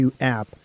app